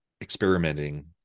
experimenting